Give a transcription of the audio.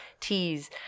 teas